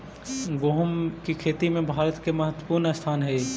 गोहुम की खेती में भारत के महत्वपूर्ण स्थान हई